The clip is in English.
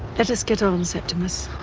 let us get on, septimus.